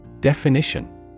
Definition